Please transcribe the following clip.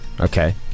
Okay